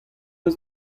eus